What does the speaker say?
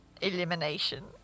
Elimination